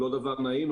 לא דבר נעים,